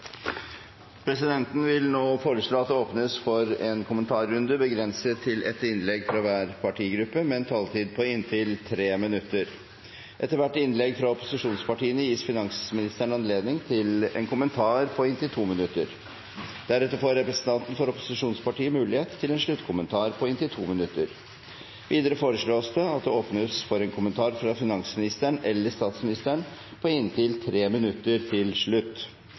Presidenten vil nå foreslå at det åpnes for en kommentarrunde begrenset til ett innlegg fra hver partigruppe med en taletid på inntil 3 minutter. Etter hvert innlegg fra opposisjonspartiene gis finansministeren anledning til en kommentar på inntil 2 minutter. Deretter får representanten for opposisjonspartiet mulighet til en sluttkommentar på inntil 2 minutter. Videre foreslås det at det åpnes for en kommentar fra finansministeren eller statsministeren på inntil 3 minutter til slutt.